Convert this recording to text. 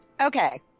Okay